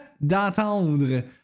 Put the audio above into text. d'entendre